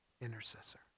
intercessor